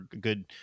good